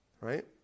Right